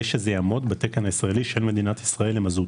שיעמוד בתקן הישראלי של מדינת ישר למזוט.